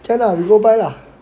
can lah we go buy lah